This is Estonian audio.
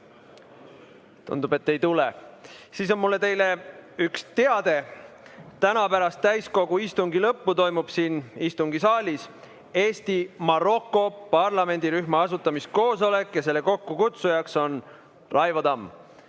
Tundub, et neid ei tule. Siis on mul teile üks teade. Täna pärast täiskogu istungi lõppu toimub siin istungisaalis Eesti-Maroko parlamendirühma asutamiskoosolek, selle kokkukutsuja on Raivo Tamm.